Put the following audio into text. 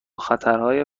خطرهای